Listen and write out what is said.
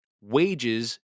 wages